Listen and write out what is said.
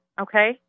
okay